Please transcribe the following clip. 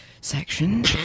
section